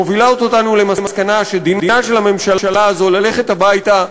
מובילות אותנו למסקנה שדינה של הממשלה הזאת ללכת הביתה,